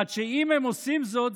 עד שאם הם עושים זאת,